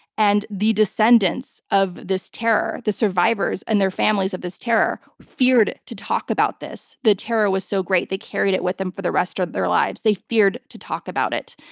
and the descendants of this terror, the survivors and their families of this terror, feared to talk about this. the terror was so great they carried it with them for the rest of their lives. they feared to talk about it.